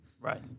Right